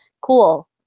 Cool